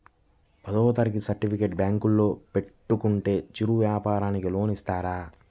పదవ తరగతి సర్టిఫికేట్ బ్యాంకులో పెట్టుకుంటే చిరు వ్యాపారంకి లోన్ ఇస్తారా?